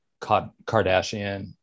kardashian